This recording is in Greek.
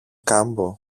κάμπο